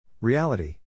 Reality